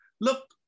look